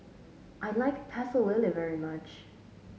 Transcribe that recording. I like Pecel Lele very much